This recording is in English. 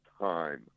time